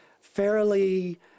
fairly